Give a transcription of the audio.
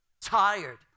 tired